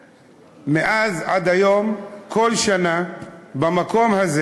מאז ועד היום בכל שנה, במקום הזה